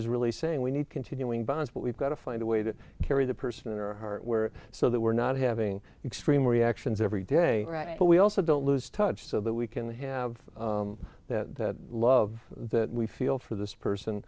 is really saying we need continuing balance but we've got to find a way to carry the person in our heart where so that we're not having extreme reactions every day but we also don't lose touch so that we can have that love that we feel for this person